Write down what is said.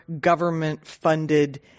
government-funded